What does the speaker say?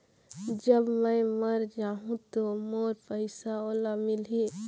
जब मै मर जाहूं तो मोर पइसा ओला मिली?